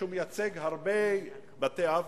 שמייצג הרבה בתי-אב,